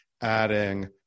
adding